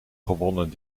gewonnen